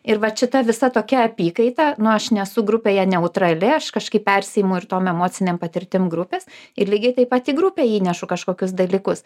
ir vat šita visa tokia apykaita nu aš nesu grupėje neutrali aš kažkaip persiimu ir tom emocinėm patirtim grupės ir lygiai taip pat į grupę įnešu kažkokius dalykus